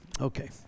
Okay